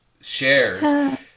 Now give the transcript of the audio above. shares